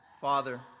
Father